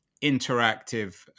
interactive